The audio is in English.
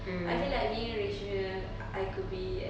I feel like being rich here I I could be a